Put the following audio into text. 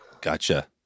gotcha